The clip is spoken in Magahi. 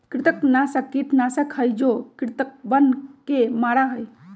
कृंतकनाशक कीटनाशक हई जो कृन्तकवन के मारा हई